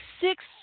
six